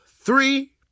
three